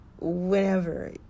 whenever